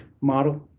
model